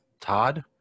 Todd